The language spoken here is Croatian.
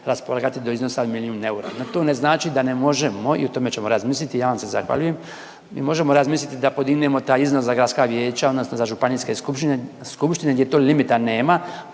raspolagati do iznos od milijun eura. No to ne znači da ne možemo, i o tome ćemo razmisliti, ja vam se zahvaljujem. Mi možemo razmisliti da podignemo taj iznos za gradska vijeća odnosno za županijske skupštine gdje tog limita nema